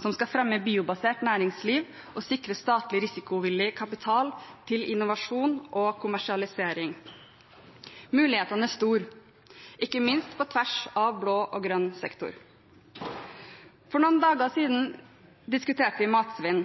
som skal fremme et biobasert næringsliv og sikre statlig risikovillig kapital til innovasjon og kommersialisering. Mulighetene er store, ikke minst på tvers av blå og grønn sektor. For noen dager siden diskuterte vi matsvinn.